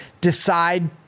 decide